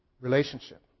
relationship